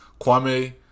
Kwame